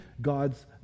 God's